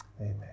Amen